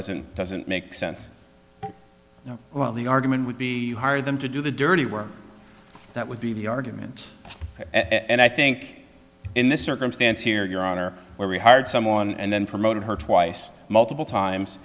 doesn't doesn't make sense well the argument would be hired them to do the dirty work that would be the argument and i think in this circumstance here your honor where we hired someone and then promoted her twice multiple times